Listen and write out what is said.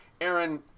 Aaron